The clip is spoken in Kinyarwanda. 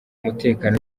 umutekano